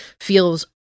feels